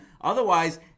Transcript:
Otherwise